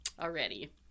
already